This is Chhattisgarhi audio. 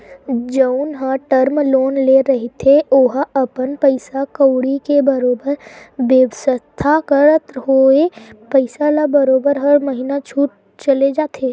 जउन ह टर्म लोन ले रहिथे ओहा अपन पइसा कउड़ी के बरोबर बेवस्था करत होय पइसा ल बरोबर हर महिना छूटत चले जाथे